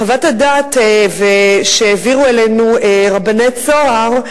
בחוות הדעת שהעבירו אלינו רבני "צהר",